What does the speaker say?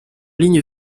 ligne